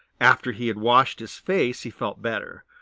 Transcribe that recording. after he had washed his face he felt better.